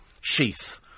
sheath